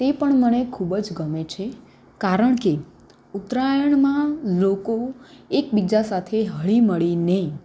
તે પણ મને ખૂબ જ ગમે છે કારણ કે ઉત્તરાયણમાં લોકો એકબીજા સાથે હળી મળીને